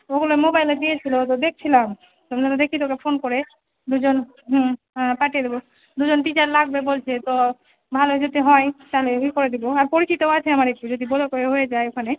ওগুলো মোবাইলে দিয়েছিলো তো দেকছিলাম তো মনে হল দেখছি তোকে ফোন করে দুজন হুম হ্যাঁ পাঠিয়ে দেবো দুজন টিচার লাগবে বলছে তো ভালো যদি হয় তালে ই করে দিব আর পরিচিতও আছে আমার একটু যদি বলে কয়ে হয়ে যায় ওখানে